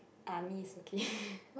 army is okay